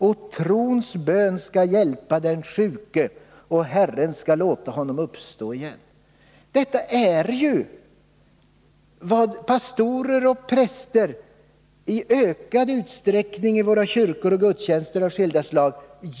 Och trons bön skall hjälpa den sjuke, och Herren skall låta honom stå upp igen —-—-=-.” Detta är vad pastorer och präster i ökad utsträckning just gör i våra kyrkor och vid gudstjänster av skilda slag.